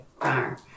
fire